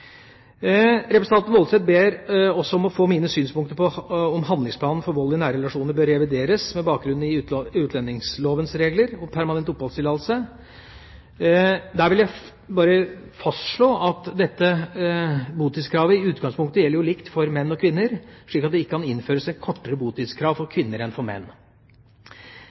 Representanten Woldseth ber også om å få mine synspunkter på om handlingsplanen mot vold i nære relasjoner bør revideres med bakgrunn i utlendingslovens regler om permanent oppholdstillatelse. Der vil jeg bare fastslå at botidskravet i utgangspunktet gjelder likt for menn og kvinner, slik at det ikke kan innføres et kortere botidskrav for kvinner enn for menn.